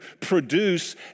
produce